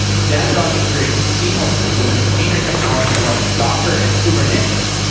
datadog integrates seamlessly with container technologies like docker and kubernetes,